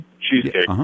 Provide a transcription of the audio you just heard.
cheesecake